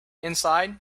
inside